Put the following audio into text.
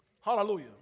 Hallelujah